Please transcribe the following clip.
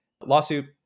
lawsuit